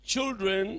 Children